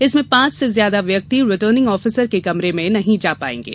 इसमें पांच से ज्यादा व्यक्ति रिटर्निंग ऑफिसर के कमरे में नहीं जा पाएंगे